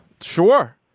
sure